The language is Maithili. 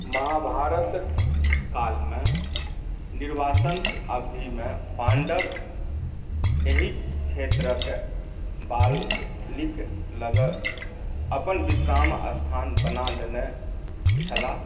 महाभारत कालमे निर्वासन अवधिमे पांडव एहि क्षेत्रके बालीक लग अपन विश्राम स्थान बना लेने छलाह